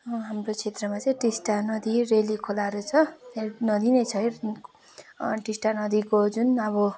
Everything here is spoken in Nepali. हाम्रो क्षेत्रमा चाहिँ टिस्टा नदी रेली खोलाहरू छ नदी छ यो टिस्टा नदीको जुन अब